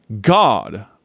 God